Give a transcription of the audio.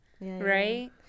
Right